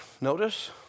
notice